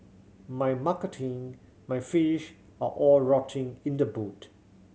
my marketing my fish are all rotting in the boot